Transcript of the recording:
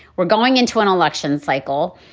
we're going into an election cycle.